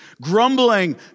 Grumbling